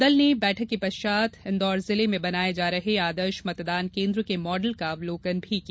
दल ने बैठक के पश्चात इंदौर जिले में बनाये जा रहे आदर्श मतदान केन्द्र के मॉडल का अवलोकन भी किया